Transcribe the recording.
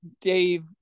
Dave